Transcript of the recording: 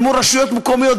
אל מול רשויות מקומיות.